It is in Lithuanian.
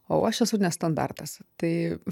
o aš esu ne standartas tai